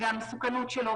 המסוכנות שלו,